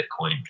Bitcoin